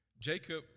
Jacob